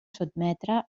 sotmetre